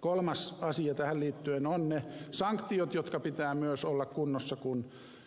kolmas asia tähän liittyen ovat ne sanktiot joiden pitää myös olla kunnossa